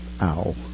Ow